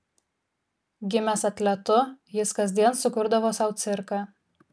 gimęs atletu jis kasdien sukurdavo sau cirką